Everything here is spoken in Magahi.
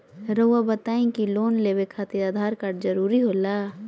रौआ बताई की लोन लेवे खातिर आधार कार्ड जरूरी होला?